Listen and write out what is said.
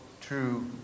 true